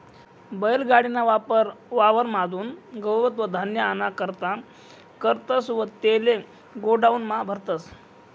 बैल गाडी ना वापर वावर म्हादुन गवत व धान्य आना करता करतस व तेले गोडाऊन म्हा भरतस